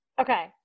Okay